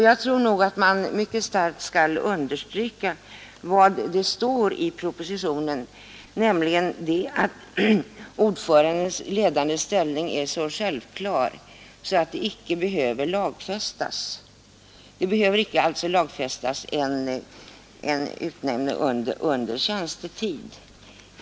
Jag tror att man starkt skall understryka vad som står i propositionen, nämligen att ordförandens ledande ställning är så självklar att den icke behöver lagfästas. En utnämning för tjänstetid behöver alltså icke lagfästas.